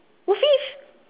woofie